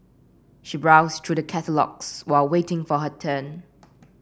she browsed through the catalogues while waiting for her turn